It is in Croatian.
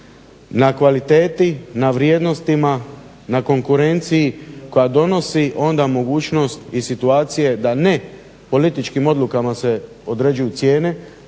na kvaliteti, na vrijednostima, na konkurenciji koja donosi onda mogućnost i situacije da ne političkim odlukama se određuju cijene,